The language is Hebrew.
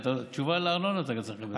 תשובה על הארנונה אתה צריך לקבל.